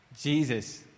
Jesus